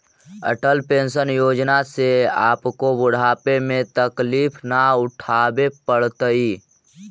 Atal pension योजना से आपको बुढ़ापे में तकलीफ न उठावे पड़तई